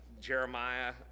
Jeremiah